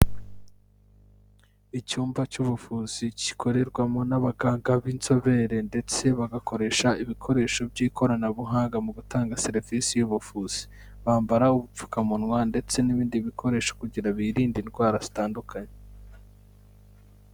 Icyumba cy'ubuvuzi gikorerwamo n'abaganga b'inzobere ndetse bagakoresha ibikoresho by'ikoranabuhanga mu gutanga serivisi y'ubuvuzi, bambara ubupfukamunwa ndetse n'ibindi bikoresho kugira ngo birinde indwara zitandukanye.